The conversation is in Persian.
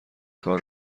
کار